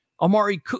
Amari